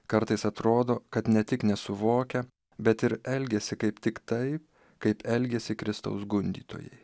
kartais atrodo kad ne tik nesuvokia bet ir elgiasi kaip tik taip kaip elgėsi kristaus gundytojai